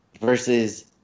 versus